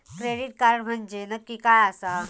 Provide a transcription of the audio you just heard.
Credit card म्हंजे नक्की काय आसा?